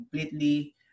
completely